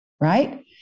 Right